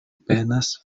penas